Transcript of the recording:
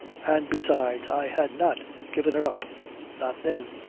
and besides i had not given it up not then.